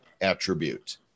attribute